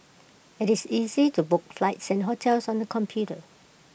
IT is easy to book flights and hotels on the computer